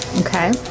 Okay